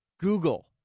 Google